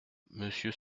monsieur